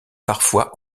parfois